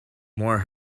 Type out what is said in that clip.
more